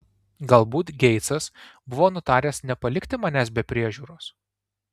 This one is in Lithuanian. galbūt geitsas buvo nutaręs nepalikti manęs be priežiūros